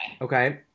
Okay